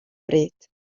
bryd